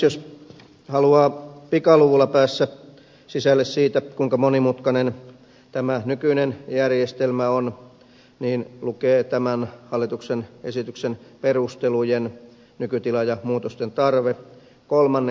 jos haluaa pikaluvulla päästä sisälle siitä kuinka monimutkainen tämä nykyinen järjestelmä on niin lukee tämän hallituksen esityksen perustelujen luvun nykytila ja muutosten tarve kolmannen kappaleen